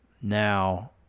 now